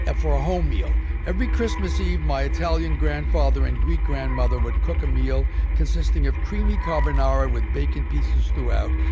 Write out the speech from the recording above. ah for a home meal. every christmas eve, my italian grandfather and greek grandmother would cook a meal consisting of creamy carbonara with bacon pieces throughout,